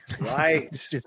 Right